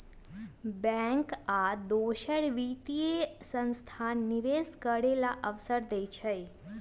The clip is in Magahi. बैंक आ दोसर वित्तीय संस्थान निवेश करे के अवसर देई छई